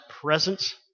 presence